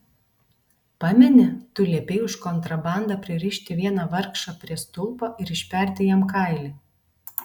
pameni tu liepei už kontrabandą pririšti vieną vargšą prie stulpo ir išperti jam kailį